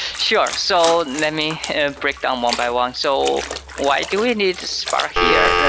sure. so let me breakdown one by one. so why do we need spark here?